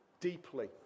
deeply